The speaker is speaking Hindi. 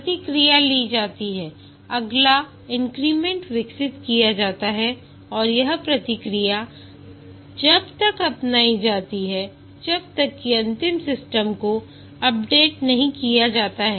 प्रतिक्रिया ली जाता है अगला इन्क्रीमेंट विकसित किया जाता है और यह प्रक्रिया जब तक अपनाई जाती है जब तक की अंतिम सिस्टम को अपडेट नहीं किया जाता है